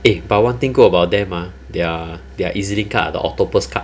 eh but one thing good about them ah their their E_Z link card the octopus card